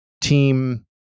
team